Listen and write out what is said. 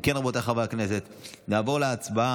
אם כן, רבותיי חברי הכנסת, נעבור להצבעה